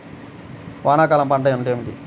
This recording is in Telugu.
వానాకాలం పంట అంటే ఏమిటి?